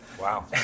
Wow